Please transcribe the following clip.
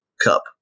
cup